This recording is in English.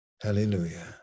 Hallelujah